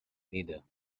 leader